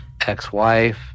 ex-wife